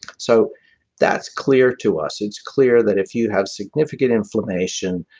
so that's clear to us. it's clear that if you have significant inflammation,